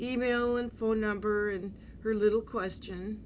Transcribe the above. e mail and phone number and her little question